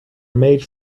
made